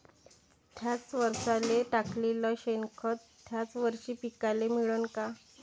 थ्याच वरसाले टाकलेलं शेनखत थ्याच वरशी पिकाले मिळन का?